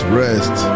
rest